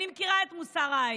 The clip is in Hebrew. אני מכירה את מוסר ההייטק: